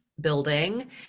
building